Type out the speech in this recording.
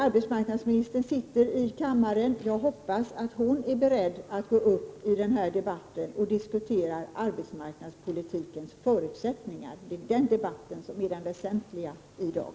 Arbetsmarknadsministern sitter i kammaren. Jag hoppas att hon är beredd att gå upp i debatten och diskutera arbetsmarknadspolitikens förutsättningar. Det är nämligen den debatten som är den väsentliga i dag.